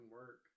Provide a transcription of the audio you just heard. work